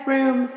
Room